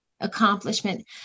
accomplishment